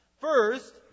First